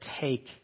take